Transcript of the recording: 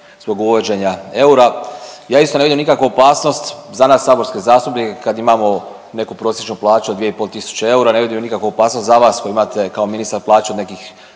zbog uvođenja eura. Ja isto ne vidim nikakvu opasnost za nas saborske zastupnike kad imamo neku prosječnu plaću od 2.500 eura, ne vidim nikakvu opasnost za vas koji imate kao ministar plaću od nekih